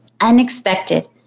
unexpected